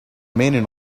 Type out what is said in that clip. meaning